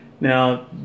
Now